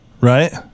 right